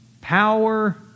power